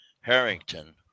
Harrington